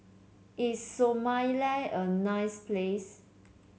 is Somalia a nice place